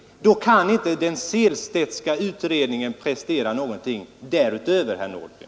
Då kan inte den Sehlstedtska utredningen prestera någonting därutöver, herr Nordgren.